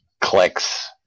clicks